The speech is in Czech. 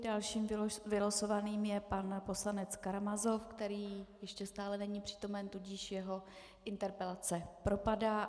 Dalším vylosovaným je pan poslanec Karamazov, který ještě stále není přítomen, tudíž jeho interpelace propadá.